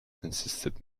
consisted